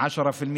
10%,